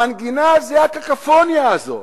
המנגינה זה הקקופוניה הזאת.